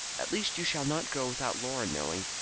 at least you shall not go without laura knowing.